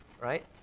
right